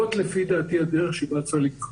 זאת לפי דעתי הדרך שבה צריך לנהוג.